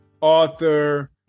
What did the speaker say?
author